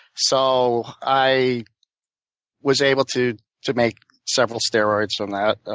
so i was able to to make several steroids from that.